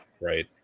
right